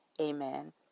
Amen